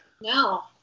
No